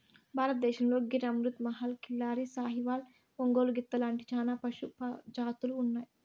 భారతదేశంలో గిర్, అమృత్ మహల్, కిల్లారి, సాహివాల్, ఒంగోలు గిత్త లాంటి చానా పశు జాతులు ఉన్నాయి